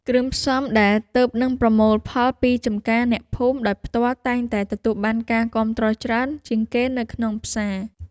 គ្រឿងផ្សំដែលទើបនឹងប្រមូលផលពីចម្ការអ្នកភូមិដោយផ្ទាល់តែងតែទទួលបានការគាំទ្រច្រើនជាងគេនៅក្នុងផ្សារ។